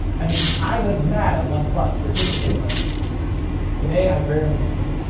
i mean, i was mad at oneplus for ditching it but today i rarely miss it.